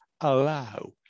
allow